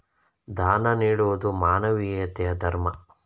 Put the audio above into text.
ದಾನ ನೀಡುವುದು ಮಾನವೀಯತೆಯ ಧರ್ಮ